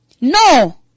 No